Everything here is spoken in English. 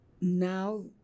now